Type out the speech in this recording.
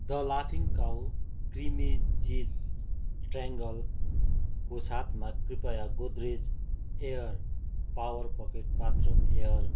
the लाफिङ Cow creamy cheese ट्राङ्गलको साथमा कृपया Godrej air power pocket bathroom air